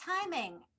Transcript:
timing